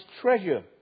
treasure